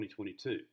2022